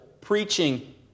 preaching